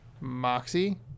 Moxie